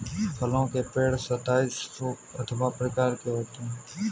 फलों के पेड़ सताइस रूपों अथवा प्रकार के होते हैं